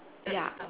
ya